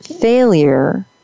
failure